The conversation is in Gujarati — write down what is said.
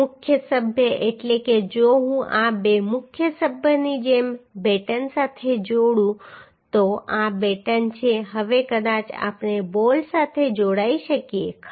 મુખ્ય સભ્ય એટલે કે જો હું આ બે મુખ્ય સભ્યની જેમ બેટન સાથે જોડું તો આ બેટન છે હવે કદાચ આપણે બોલ્ટ સાથે જોડાઈ શકીએ ખરું